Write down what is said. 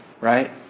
Right